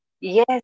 Yes